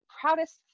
proudest